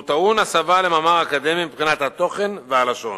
והוא טעון הסבה למאמר אקדמי מבחינת התוכן והלשון".